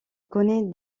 connaît